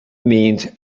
means